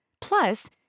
Plus